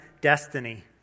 destiny